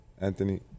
Anthony